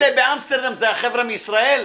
אלה מאמסטרדם זה החבר'ה מישראל...